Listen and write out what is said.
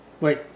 Wait